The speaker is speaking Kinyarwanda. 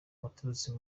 waturutse